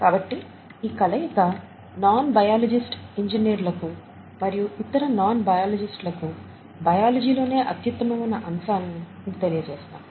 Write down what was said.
కాబట్టి ఈ కలయిక నాన్ బయాలజిస్ట్ ఇంజనీర్ లకు మరియు ఇతర నాన్ బయాలజిస్ట్ లకు బయాలజీ లోనే అత్యుత్తమమైన అంశాలను మీకు తెలియచేస్తాము